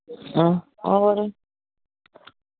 आं आहो